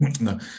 No